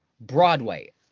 Broadway